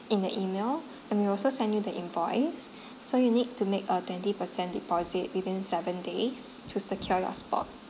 in the email and we'll also send you the invoice so you need to make a twenty percent deposit within seven days to secure your spot